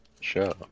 sure